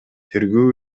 тергөө